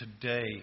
Today